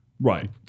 Right